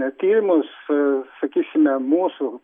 atėmus sakysime mūsų